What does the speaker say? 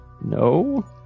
No